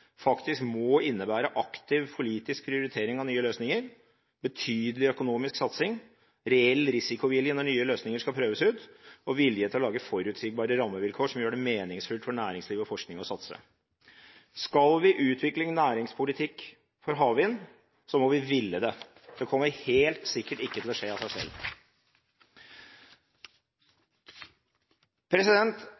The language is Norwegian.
faktisk må innebære aktiv politisk prioritering av nye løsninger, betydelig økonomisk satsing, reell risikovilje når nye løsninger skal prøves ut og vilje til å lage forutsigbare rammevilkår som gjør det meningsfullt for næringsliv og forskning å satse. Skal vi utvikle en næringspolitikk for havvind, må vi ville det. Det kommer helt sikkert ikke til å skje av seg selv.